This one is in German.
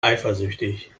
eifersüchtig